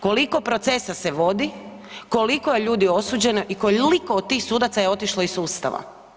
Koliko procesa se vodi, koliko ljudi je osuđeno i koliko je od tih sudaca je otišlo iz sustava?